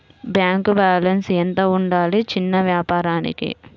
Bank balance ఎంత ఉండాలి చిన్న వ్యాపారానికి?